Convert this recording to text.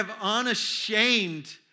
unashamed